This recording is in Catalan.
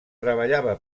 treballava